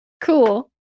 Cool